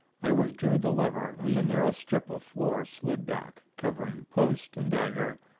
i withdrew the lever and the narrow strip of floor slid back, covering post and dagger,